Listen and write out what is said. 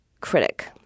critic